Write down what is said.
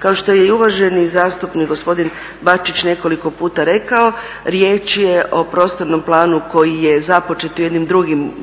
Kao što je i uvaženi zastupnik gospodin Bačić nekoliko puta rekao riječ je o prostornom planu koji je započet u jednom